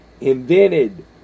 invented